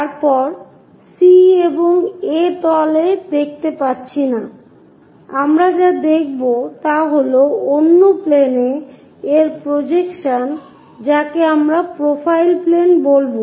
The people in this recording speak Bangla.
তারপর আমরা C এবং A তল দেখতে পাচ্ছি না আমরা যা দেখব তা হল অন্য প্লেনে এর প্রজেকশন যাকে আমরা প্রোফাইল প্লেন বলব